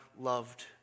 loved